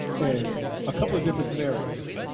and a couple of different scenarios.